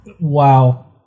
wow